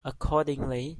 accordingly